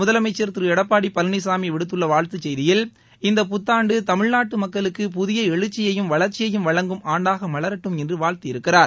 முதலமைச்சா திரு எடப்பாடி பழனிசாமி விடுத்துள்ள வாழ்த்துச் செய்தியில் இந்த புத்தாண்டு தமிழ்நாட்டு மக்களுக்கு புதிய எழுச்சியையும் வளாச்சியையும் வழங்கும் ஆண்டாக மலரட்டும் என்று வாழ்த்தியிருக்கிறார்